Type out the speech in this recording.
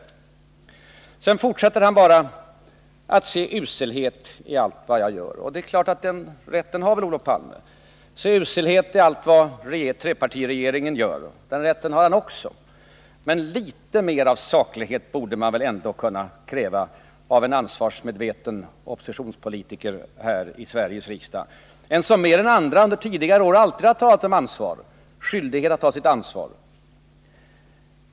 Och herr Palme fortsätter med att bara se uselhet i allt vad jag gör liksom också i allt vad trepartiregeringen gör — och den rätten har väl Olof Palme. Men litet mer av ansvarsmedvetande än vad han här visar borde man väl ändå kunna kräva i Sveriges riksdag av en oppositionspolitiker, som under tidigare år mer än andra har talat om politikernas skyldighet att ta sitt ansvar.